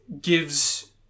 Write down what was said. gives